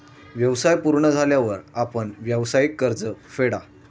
व्यवसाय पूर्ण झाल्यावर आपण व्यावसायिक कर्ज फेडा